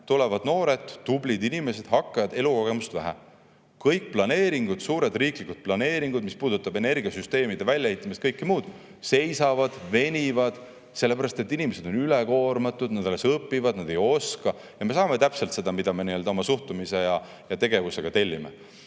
tulevad noored, tublid inimesed, hakkajad, aga elukogemust on vähe. Kõik planeeringud, suured riiklikud planeeringud, mis puudutavad energiasüsteemide väljaehitamist ja kõike muud, seisavad, venivad, sellepärast et inimesed on üle koormatud, nad alles õpivad, nad ei oska. Me saame täpselt seda, mida me oma suhtumise ja tegevusega tellime.